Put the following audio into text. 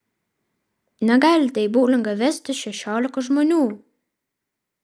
negalite į boulingą vestis šešiolikos žmonių